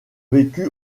vécu